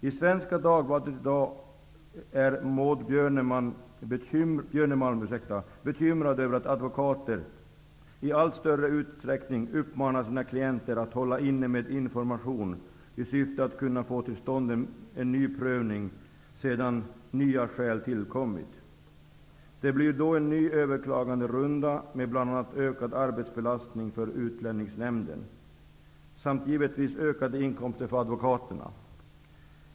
I Svenska Dagbladet i dag är Maud Björnemalm bekymrad över att advokater i allt större utsträckning uppmanar sina klienter att hålla inne med inforamtion, i syfte att få till stånd en ny prövning sedan nya skäl tillkommit. Det blir då en ny överklaganderunda, med bl.a. ökad arbetsbelastning för Utlänningsnämnden samt givetvis ökade inkomster för advokaterna.